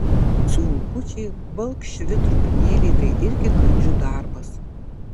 smulkučiai balkšvi trupinėliai tai irgi kandžių darbas